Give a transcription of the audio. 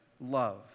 love